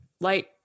light